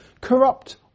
corrupt